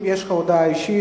אם יש לך הודעה אישית,